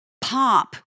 pop